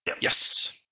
Yes